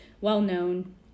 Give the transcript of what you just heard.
well-known